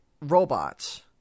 robots